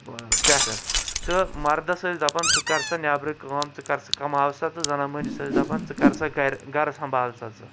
پٮ۪ٹھٕ تہٕ مَردس ٲسۍ دَپان ژٕ کر سا نیٚبرٕ کٲم ژٕ کَماو سا تہ زَنان موہنوس ٲسۍ دَپان ژٕ کَر سا گرِ گرٕ سمبال سا ژٕ